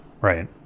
Right